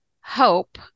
hope